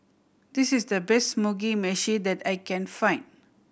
this is the best Mugi Meshi that I can find